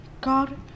God